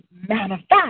manifest